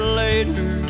later